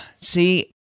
See